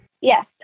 Yes